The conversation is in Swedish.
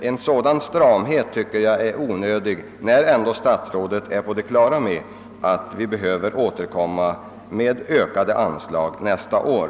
En sådan stramhet förefaller onödig när statsrådet ändå är på det klara med att vi behöver återkomma med ökade anslag nästa år.